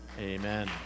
Amen